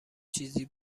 چیزی